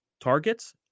targets